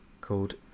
called